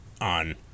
on